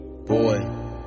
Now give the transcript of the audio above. Boy